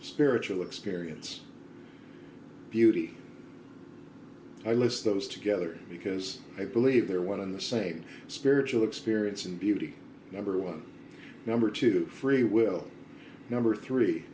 spiritual experience beauty i list those together because i believe they're one and the same spiritual experience and beauty number one number two freewill number three